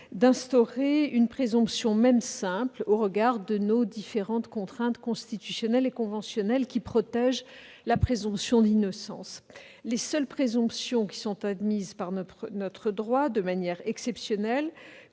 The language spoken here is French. d'instaurer une présomption, même simple, au regard des exigences constitutionnelles et conventionnelles qui protègent la présomption d'innocence. Les seules présomptions admises par notre droit, de manière exceptionnelle,